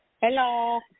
Hello